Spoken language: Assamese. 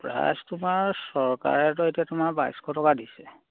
প্ৰাইচ তোমাৰ চৰকাৰেতো এতিয়া তোমাৰ বাইছশ টকা দিছে